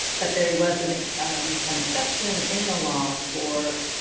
but there was an an exception in the law for